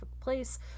place